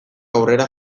aurrera